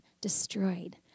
destroyed